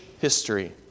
history